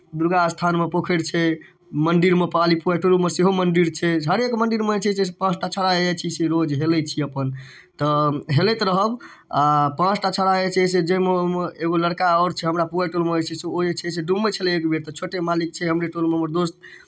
दुर्गा स्थानमे पोखरि छै मन्दिरमे पाली पुवारि टोलमे सेहो मन्दिर छै हरेक मन्दिरमे जे छै से पाँच टा छौड़ा जाइ छी रोज हेलै छी अपन तऽ हेलैत रहब आ पाँच टा छौड़ा जे छै जाहिमे ओहिमे एगो लड़का आओर छै हमरा पुवारि टोलमे रहै छै ओ जे छलै डूबैत छलै एकबेर तऽ छोटे मालिक छै हमरे टोलमे हमर दोस्त